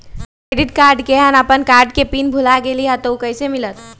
Credit card केहन अपन card के पिन भुला गेलि ह त उ कईसे मिलत?